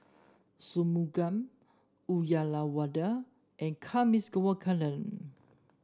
Shunmugam Uyyalawada and Kasiviswanathan